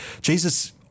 Jesus